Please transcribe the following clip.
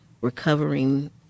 recovering